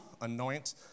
anoint